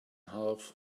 half